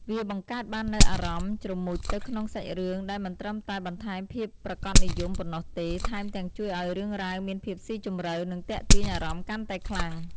វាបង្កើតបាននូវអារម្មណ៍ជ្រមុជទៅក្នុងសាច់រឿង ដែលមិនត្រឹមតែ បន្ថែមភាពប្រាកដនិយម ប៉ុណ្ណោះទេ ថែមទាំង ជួយឱ្យរឿងរ៉ាវមានភាពស៊ីជម្រៅ និងទាក់ទាញអារម្មណ៍កាន់តែខ្លាំង។